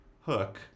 Hook